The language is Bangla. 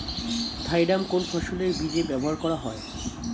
থাইরাম কোন ফসলের বীজে ব্যবহার করা হয়?